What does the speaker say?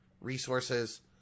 resources